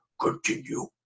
continue